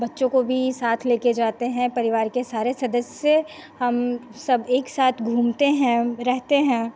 बच्चों को भी साथ लेकर जाते हैं परिवार के सारे सदस्य हम सब एक साथ घूमते हैं रहते हैं